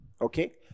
Okay